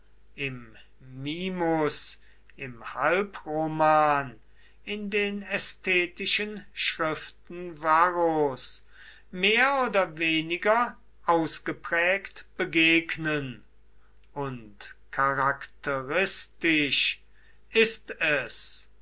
im mimus im halbroman in den ästhetischen schriften varros mehr oder weniger ausgeprägt begegnen und charakteristisch ist es